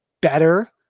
better